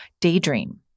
daydream